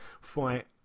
fight